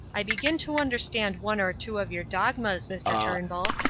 i begin to understand one or two of your dogmas, mr. turnbull,